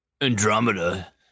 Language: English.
Andromeda